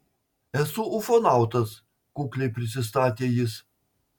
esu ufonautas kukliai prisistatė jis